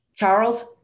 Charles